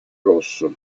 rosso